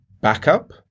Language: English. backup